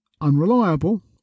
unreliable